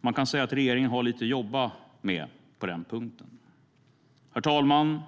Man kan säga att regeringen har lite att jobba med på den punkten. Herr talman!